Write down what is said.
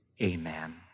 Amen